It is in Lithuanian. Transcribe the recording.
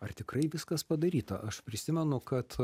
ar tikrai viskas padaryta aš prisimenu kad